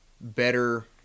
better